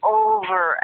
over